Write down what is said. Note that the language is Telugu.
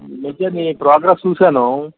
ఈ మధ్య నీ ప్రోగ్రెస్ చూసాను